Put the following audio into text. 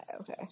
okay